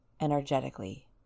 energetically